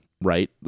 right